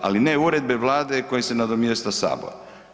Ali ne uredbe Vlade kojim se nadomješta Sabor.